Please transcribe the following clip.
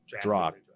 dropped